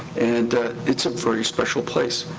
and it's a very special place.